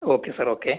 okay sir okay